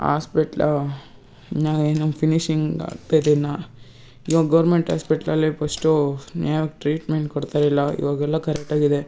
hospital ಇನ್ನೂ finishing ಆಗ್ತಿದೆ ಇನ್ನೂ ಇವಾಗ ಗೌರ್ಮೆಂಟ್ ಹಾಸ್ಪಿಟ್ಲಲ್ಲಿ ಫಸ್ಟು ಯಾವ ಟ್ರೇಟ್ಮೆಂಟ್ ಕೊಡ್ತಾ ಇಲ್ಲ ಇವಾಗೆಲ್ಲ ಕರೆಕ್ಟ್ ಆಗಿದೆ